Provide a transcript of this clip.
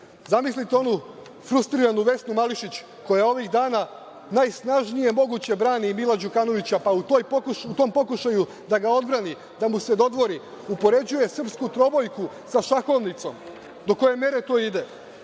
Zamislite onu frustriranu Vesnu Mališić koja ovih dana najsnažnije moguće brani i Mila Đukanovića, pa u tom pokušaju da ga odbrani, da mu se dodvori, upoređuje srpsku trobojku sa šahovnicom. Do koje mere to ide?